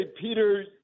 Peter